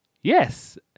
Yes